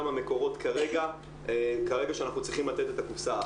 המקורות כרגע שאנחנו צריכים לתת את הקופסא.